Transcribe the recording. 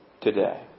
today